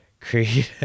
Creed